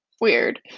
weird